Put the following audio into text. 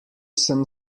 sem